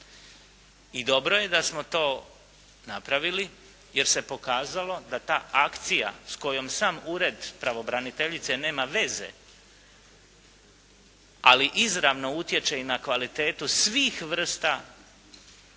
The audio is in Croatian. I dobro je da smo to napravili jer se pokazalo da je ta akcija s kojom sam ured pravobraniteljice nema veze, ali izravno utječe i na kvalitetu svih vrsta pomoći